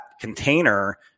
container